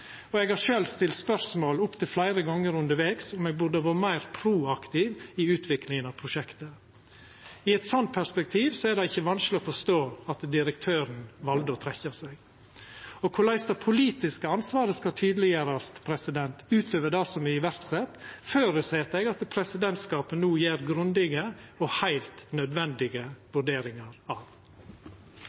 og eg har sjølv stilt spørsmål opp til fleire gonger undervegs om me burde ha vore meir proaktive i utviklinga av prosjektet. I eit slikt perspektiv er det ikkje vanskeleg å forstå at direktøren valde å trekkja seg. Korleis det politiske ansvaret skal tydeleggjerast – utover det som er sett i verk – føreset eg at presidentskapet no gjer grundige og heilt nødvendige vurderingar av.